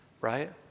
right